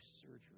surgery